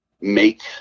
Make